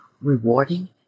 rewarding